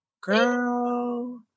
girl